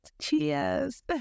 Cheers